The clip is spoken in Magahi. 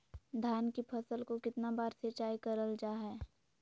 धान की फ़सल को कितना बार सिंचाई करल जा हाय?